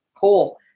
cool